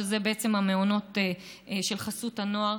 שאלה בעצם המעונות של חסות הנוער.